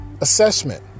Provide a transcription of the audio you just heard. Assessment